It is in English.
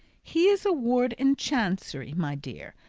he is a ward in chancery, my dear.